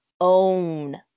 own